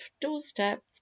doorstep